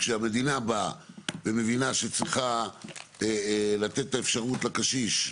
כשהמדינה באה ומבינה שצריכה לתת את האפשרות לקשיש.